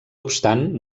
obstant